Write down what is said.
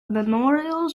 memorials